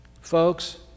Folks